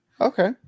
Okay